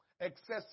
Excessive